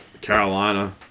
Carolina